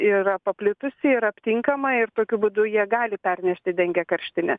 yra paplitusi ir aptinkama ir tokiu būdu jie gali pernešti dengė karštinę